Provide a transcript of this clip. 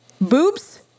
Boobs